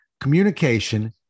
communication